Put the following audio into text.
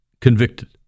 Convicted